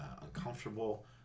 uncomfortable